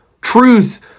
Truth